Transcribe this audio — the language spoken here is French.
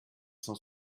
cent